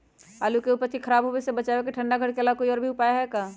आलू के उपज के खराब होवे से बचाबे ठंडा घर के अलावा कोई और भी उपाय है का?